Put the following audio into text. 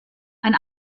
ein